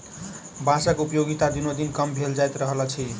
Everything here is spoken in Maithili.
बाँसक उपयोगिता दिनोदिन कम भेल जा रहल अछि